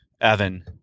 Evan